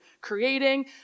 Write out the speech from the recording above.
creating